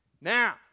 Now